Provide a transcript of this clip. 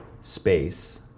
space